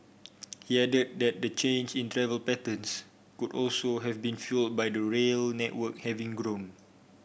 he added that the change in travel patterns could also have been fuelled by the rail network having grown